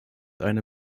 eine